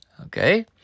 Okay